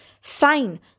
fine